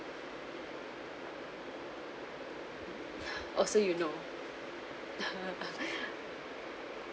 oh so you know